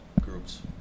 groups